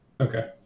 Okay